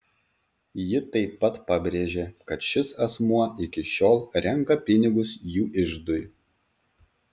ji taip pat pabrėžė kad šis asmuo iki šiol renka pinigus jų iždui